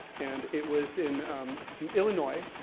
and it was in illinois,